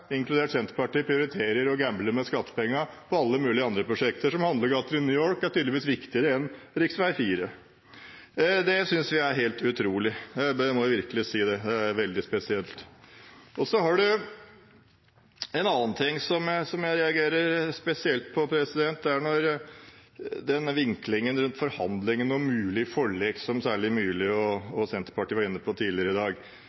inkludert Senterpartiet, prioriterer å gamble med skattepengene på alle mulige andre prosjekter. Så handlegater i New York er tydeligvis viktigere enn rv. 4. Det synes vi er helt utrolig, det må jeg virkelig si er veldig spesielt. En annen ting jeg reagerer spesielt på, er denne vinklingen rundt forhandlingene om mulige forlik, som særlig Myrli og Senterpartiet var inne på tidligere i dag.